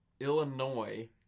Illinois